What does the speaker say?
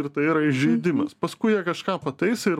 ir tai yra įžeidimas paskui jie kažką pataisė ir